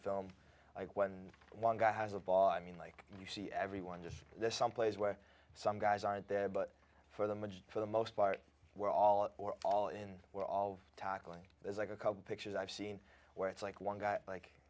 film like when one guy has a ball i mean like you see everyone just there's some plays where some guys aren't there but for the mage for the most part we're all in or all in we're all tackling there's like a couple pictures i've seen where it's like one guy like